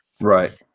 right